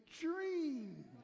dream